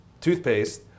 toothpaste